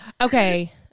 okay